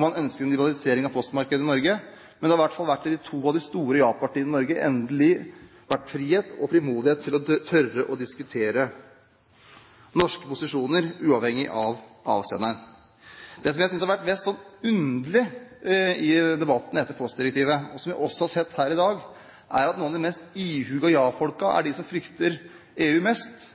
man ønsker en liberalisering av postmarkedet i Norge, men i hvert fall i to av de store ja-partiene i Norge har de endelig hatt frihet og frimodighet til å tørre å diskutere norske posisjoner uavhengig av avsenderen. Det jeg synes har vært mest underlig i debatten etter postdirektivet, og som jeg også har sett her i dag, er at noen av de mest ihuga ja-folkene er de som frykter EU mest.